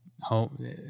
home